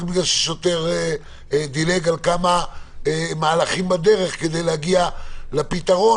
בגלל ששוטר דילג על כמה מהלכים בדרך כדי להגיע לפתרון,